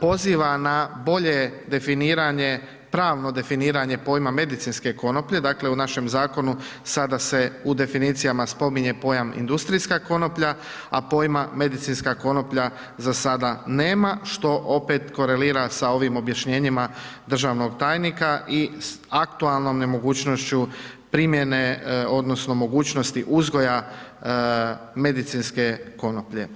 poziva na bolje definiranje, pravno definiranje pojma medicinske konoplje, dakle u našem zakonu sada se u definicijama spominje pojam industrijska konoplja, a pojma medicinska konoplja za sada nema, što opet korelira sa ovim objašnjenjima državnog tajnika i aktualnom nemogućnošću primjene odnosno mogućnosti uzgoja medicinske konoplje.